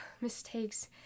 mistakes